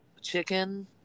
chicken